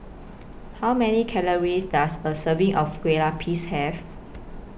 How Many Calories Does A Serving of Kueh Lapis Have